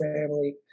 family